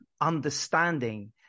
understanding